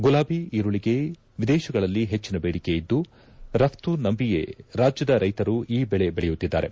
ಗುಲಾಬಿ ಈರುಳ್ಳಿಗೆ ವಿದೇಶಗಳಲ್ಲಿ ಹೆಚ್ಚಿನ ಬೇಡಿಕೆ ಇದ್ದು ರಪ್ತುನಂಬಿಯೇ ರಾಜ್ಯದ ರೈತರು ಈ ಬೆಳೆ ಬೆಳೆಯುತ್ತಿದ್ದಾರೆ